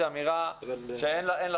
זו אמירה שאין לה